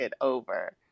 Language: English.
Over